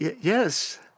Yes